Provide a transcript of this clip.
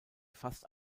fast